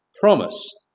promise